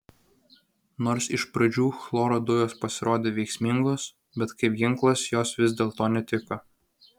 nors iš pradžių chloro dujos pasirodė veiksmingos bet kaip ginklas jos vis dėlto netiko